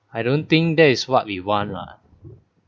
I don't think that is what we want lah